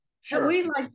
sure